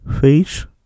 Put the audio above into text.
face